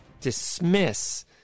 dismiss